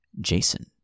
Jason